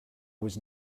was